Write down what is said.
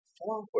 forward